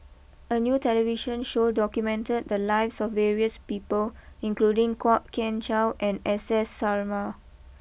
a new television show documented the lives of various people including Kwok Kian Chow and S S Sarma